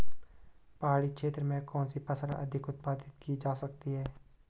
पहाड़ी क्षेत्र में कौन सी फसल अधिक उत्पादित की जा सकती है?